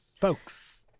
Folks